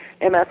MS